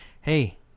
hey